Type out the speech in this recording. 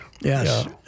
Yes